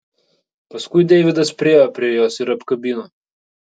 paskui deividas priėjo prie jos ir apkabino